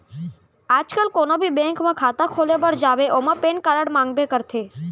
आज काल कोनों भी बेंक म खाता खोले बर जाबे ओमा पेन कारड मांगबे करथे